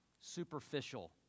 superficial